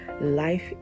Life